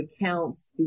accounts